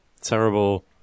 terrible